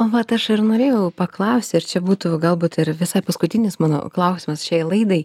o vat aš ir norėjau paklausti ir čia būtų galbūt ir visai paskutinis mano klausimas šiai laidai